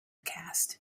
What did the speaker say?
cast